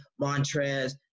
Montrez